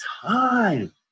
time